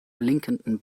blinkenden